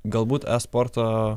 galbūt sporto